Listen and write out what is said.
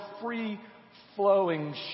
free-flowing